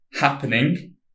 happening